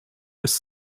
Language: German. bis